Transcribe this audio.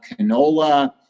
canola